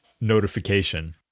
notification